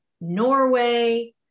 Norway